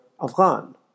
Afghan